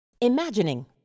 Imagining